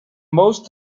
most